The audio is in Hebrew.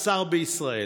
שר בישראל.